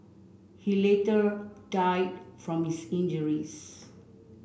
he later died from his injuries